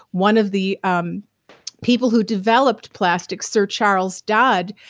one of the um people who developed plastic, sir charles dodd,